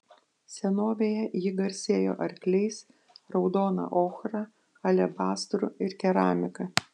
senovėje ji garsėjo arkliais raudona ochra alebastru ir keramika